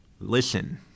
listen